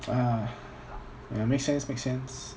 ah ya makes sense makes sense